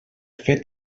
fet